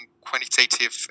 quantitative